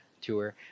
tour